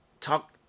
talk